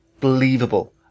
believable